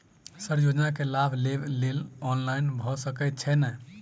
Sir योजना केँ लाभ लेबऽ लेल ऑनलाइन भऽ सकै छै नै?